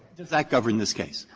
does that govern this case?